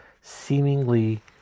seemingly